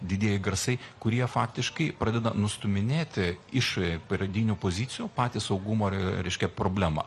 didėja garsai kurie faktiškai pradeda nustūminėti iš pradinių pozicijų patį saugumo reiškia problemą